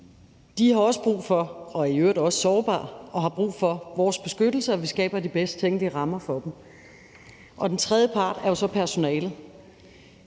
og har også brug for vores beskyttelse, og at vi skaber de bedst tænkelige rammer for dem. Den tredje part er jo så personalet.